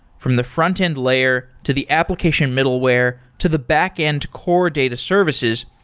from the frontend layer, to the application middleware, to the backend core data services,